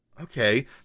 okay